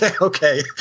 okay